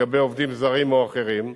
לגבי עובדים זרים או אחרים,